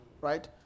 right